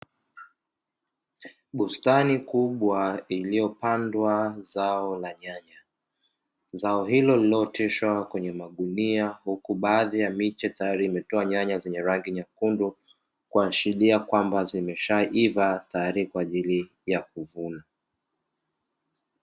Bustani kubwa iliyopandwa zao la nyanya, zao hilo lililooteshwa kwenye magunia, huku baadhi ya miche tayari imetoa nyanya zenye rangi nyekundu, kuashiria kwamba zimeshaiva tayari kwa ajili ya kuvunwa.